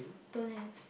don't have